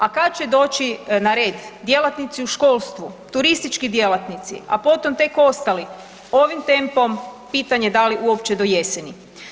A kad će doći na red djelatnici u školstvu, turistički djelatnici, a potom tek ostali, ovim tempom pitanje da li uopće do jeseni.